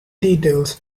details